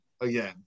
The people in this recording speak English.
again